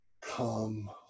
come